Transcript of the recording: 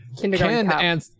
Kindergarten